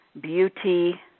beauty